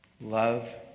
Love